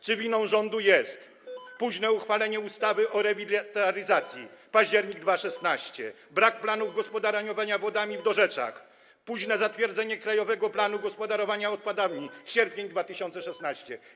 Czy winą rządu jest późne uchwalenie ustawy o rewitalizacji - październik 2016 r., brak planu gospodarowania wodami w dorzeczach, późne zatwierdzenie krajowego planu gospodarowania odpadami - sierpień 2016 r.